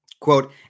Quote